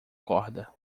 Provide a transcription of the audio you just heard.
corda